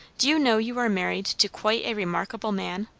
do you know you are married to quite a remarkable man?